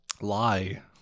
Lie